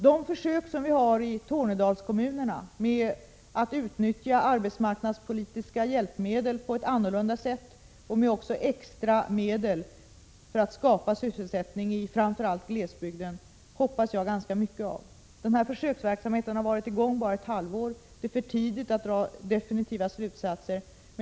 De försök som pågår i Tornedalskommunerna med att utnyttja arbetsmarknadspolitiska hjälpmedel på ett annorlunda sätt och med extra medel för att skapa sysselsättning i framför allt glesbygden hoppas jag ganska mycket på. Försöksverksamheten har varit i gång bara ett halvår, och det är för tidigt att dra definitiva slutsatser.